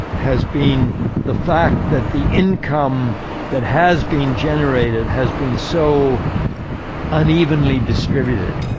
has been the fact that the income that has been generated has been so unevenly distributed.